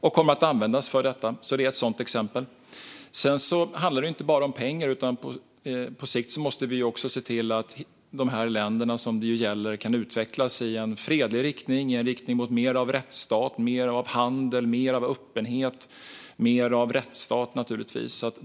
Det kommer att användas för detta. Sedan handlar det inte bara om pengar. På sikt måste vi ju också se till att de länder som det gäller kan utvecklas i en fredlig riktning mot mer av rättsstat, mer av handel och mer av öppenhet.